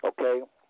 Okay